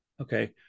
okay